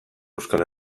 euskal